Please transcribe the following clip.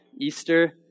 Easter